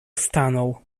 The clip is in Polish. stanął